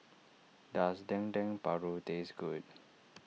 does Dendeng Paru taste good